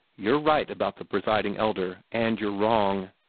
you're right about the presiding elder, and you're wrong,